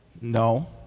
no